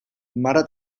mare